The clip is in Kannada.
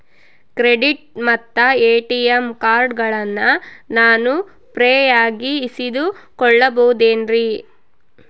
ಕ್ರೆಡಿಟ್ ಮತ್ತ ಎ.ಟಿ.ಎಂ ಕಾರ್ಡಗಳನ್ನ ನಾನು ಫ್ರೇಯಾಗಿ ಇಸಿದುಕೊಳ್ಳಬಹುದೇನ್ರಿ?